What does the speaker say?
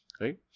right